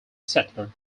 settler